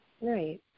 Right